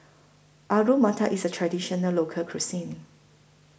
Alu Matar IS A Traditional Local Cuisine